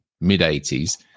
mid-80s